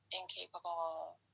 incapable